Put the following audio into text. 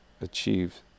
achieve